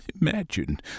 Imagine